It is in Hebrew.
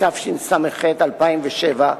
התשס"ח 2007,